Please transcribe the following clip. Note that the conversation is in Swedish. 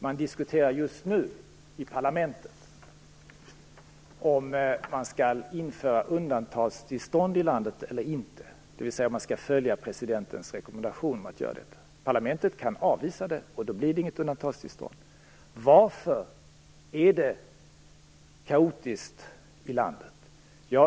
Man diskuterar just nu i parlamentet om man skall införa undantagstillstånd i landet eller inte, dvs. om man skall följa presidentens rekommendation om att göra detta. Parlamentet kan avvisa det, och då blir det inget undantagstillstånd. Varför är det kaotiskt i landet?